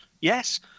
yes